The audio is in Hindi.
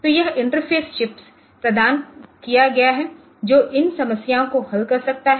तो यह इंटरफ़ेस चिप्स प्रदान किया गया है जो इन समस्याओं को हल कर सकता है